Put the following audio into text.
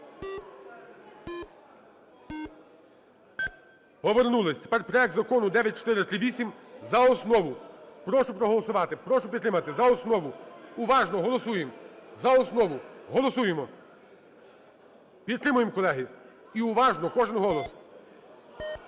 Повернулись. Тепер проект закону 9438 за основу. Прошу проголосувати, прошу підтримати за основу. Уважно голосуємо. За основу. Голосуємо. Підтримуємо, колеги. І уважно, кожен голос.